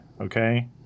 okay